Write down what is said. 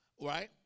Right